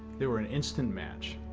they were an instant match.